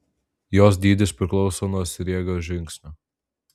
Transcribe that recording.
jos dydis priklauso nuo sriegio žingsnio